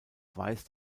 weist